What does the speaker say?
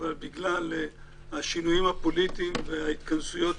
אבל בגלל השינויים הפוליטיים וההתכנסויות